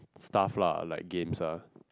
stuff lah like games lah